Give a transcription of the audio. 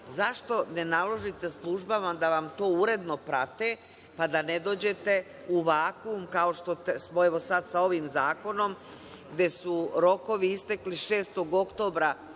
zašto ne naložite službama da vam to uredno prate pa da ne dođete u vakum kao što smo evo sad sa ovim zakonom, gde su rokovi istekli 6. oktobra